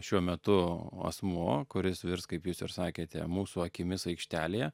šiuo metu asmuo kuris virs kaip jūs ir sakėte mūsų akimis aikštelėje